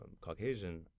Caucasian